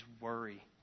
worry